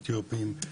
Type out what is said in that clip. אתיופים,